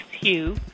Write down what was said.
Hugh